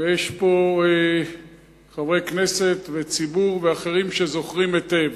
יש פה חברי כנסת, ציבור ואחרים שזוכרים היטב.